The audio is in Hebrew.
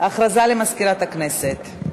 הודעה למזכירת הכנסת.